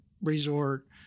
resort